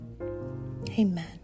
Amen